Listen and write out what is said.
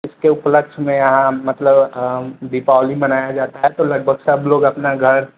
उसके उपलक्ष में यहाँ मतलब दीपावली मनाया जाता है तो लगभग सब लोग अपना घर